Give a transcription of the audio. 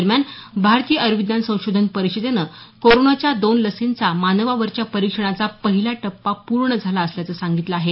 दरम्यान भारतीय आयुर्विज्ञान संशोधन परिषदेनं कोरोनाच्या दोन लसींचा मानवावरच्या परीक्षणाचा पहिला टप्पा पूर्ण झाला असल्याचं सांगितलं आहे